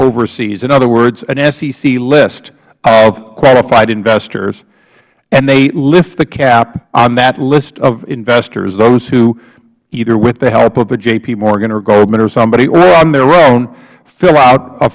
oversee in other words an sec list of qualified investors and they lift the cap on that list of investors those who either with the help of a jp morgan or goldman or somebody or on their own fill out a